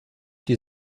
die